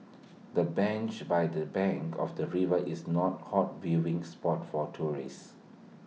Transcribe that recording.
the bench by the bank of the river is not hot viewing spot for tourists